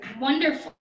wonderful